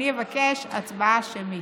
אני אבקש הצבעה שמית.